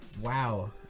Wow